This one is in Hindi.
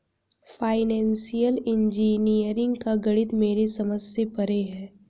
फाइनेंशियल इंजीनियरिंग का गणित मेरे समझ से परे है